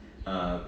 uh